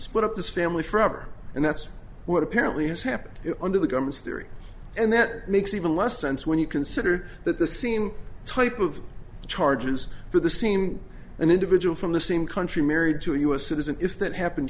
split up this family forever and that's what apparently has happened under the government's theory and that makes even less sense when you consider that the scene type of charges for the same an individual from the same country married to a u s citizen if that happened